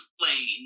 explain